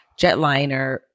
jetliner